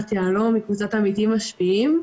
מחטיבת יהלום, מקבוצת עמיתים משפיעים.